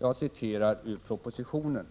Jag citerar ur propositionen :